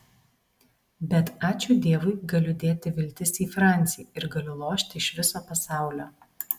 bet ačiū dievui galiu dėti viltis į francį ir galiu lošti iš viso pasaulio